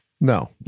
No